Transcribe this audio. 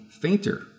fainter